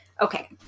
okay